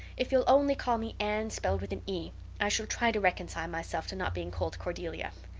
if you'll only call me anne spelled with an e i shall try to reconcile myself to not being called cordelia.